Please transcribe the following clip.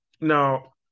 Now